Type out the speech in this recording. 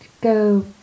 go